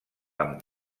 amb